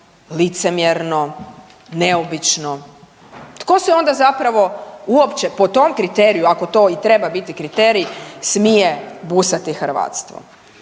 licemjerno, neobično, tko se onda zapravo uopće po tom kriteriju ako to i treba biti kriterij smije busati hrvatstvom?